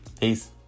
Peace